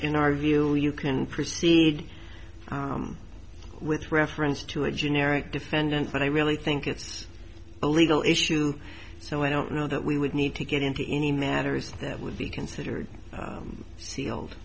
our view you can proceed with reference to a generic defendant but i really think it's a legal issue so i don't know that we would need to get into any matters that would be considered seal